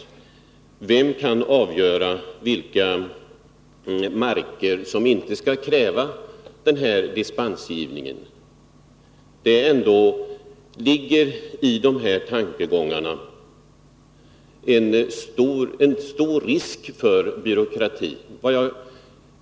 Vem kan avgöra för vilka marker dispensgivningen inte skall krävas? Med de här tankegångarna finns det stor risk för byråkrati.